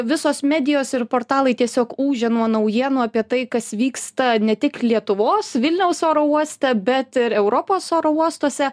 visos medijos ir portalai tiesiog ūžia nuo naujienų apie tai kas vyksta ne tik lietuvos vilniaus oro uoste bet ir europos oro uostuose